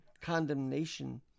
condemnation